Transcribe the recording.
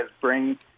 bring